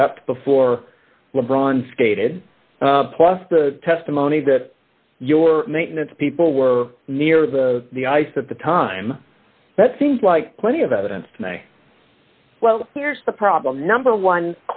swept before le bron skated plus the testimony that your maintenance people were near the the ice at the time that seems like plenty of evidence may well here's the problem number one